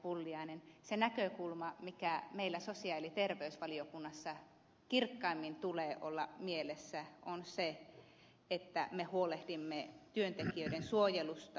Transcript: pulliainen se näkökulma mikä meillä sosiaali ja terveysvaliokunnassa kirkkaimmin tulee olla mielessä on se että me huolehdimme työntekijöiden suojelusta